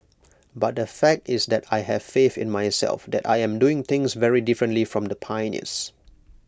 but the fact is that I have faith in myself that I am doing things very differently from the pioneers